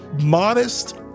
modest